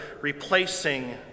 replacing